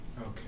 Okay